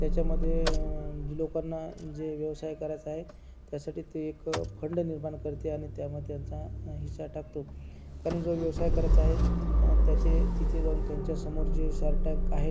त्याच्यामध्ये लोकांना जे व्यवसाय करायचा आहे त्यासाठी ते एक फंड निर्माण करते आणि त्यामध्ये त्यांचा हिस्सा टाकतो कारण जो व्यवसाय करायचा आहे त्याचे तिथे जाऊन त्यांच्यासमोर जे शार्क टँक आहेत